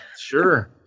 Sure